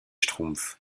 schtroumpfs